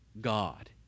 God